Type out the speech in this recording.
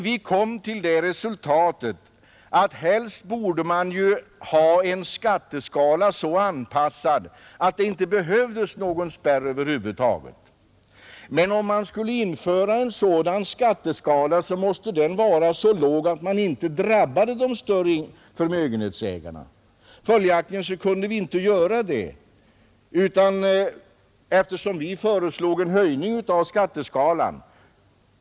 Vi kom till det resultatet att man helst borde ha en skatteskala så avpassad att det inte behövdes någon spärr över huvud taget. Men om man skulle införa en sådan skatteskala måste den vara sp låg att den inte drabbade de större förmögenhetsägarna. Följaktligen kunde vi inte genomföra det, när vi föreslog en höjning av skatteskalan.